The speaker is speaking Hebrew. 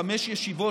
חמש ישיבות,